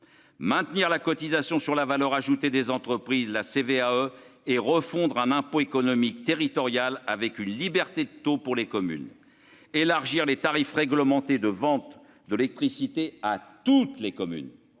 maintenir la cotisation sur la valeur ajoutée des entreprises la CVAE et refondre un impôt économique territoriale avec une liberté tôt pour les communes, élargir les tarifs réglementés de vente de l'électricité à toutes les communes,